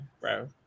bro